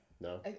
No